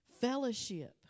Fellowship